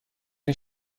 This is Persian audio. این